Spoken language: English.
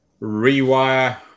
rewire